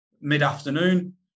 mid-afternoon